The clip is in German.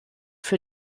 für